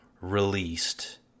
released